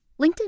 LinkedIn